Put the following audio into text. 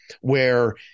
Where-